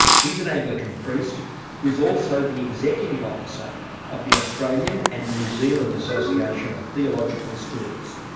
he's an anglican priest who's also the executive officer of the australian and new zealand association of theological schools.